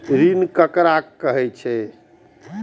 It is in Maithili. ऋण ककरा कहे छै?